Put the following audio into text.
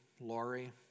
Laurie